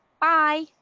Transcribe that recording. bye